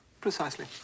precisely